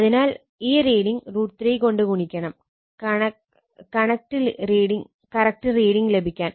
അതിനാൽ നിങ്ങൾക്ക് കിട്ടുന്ന റീഡിങ് എന്തുതന്നെയാണെങ്കിലും അത് √3 കൊണ്ട് ഗുണിച്ചാൽ നിങ്ങൾക്ക് റിയാക്ടീവ് പവർ ലഭിക്കും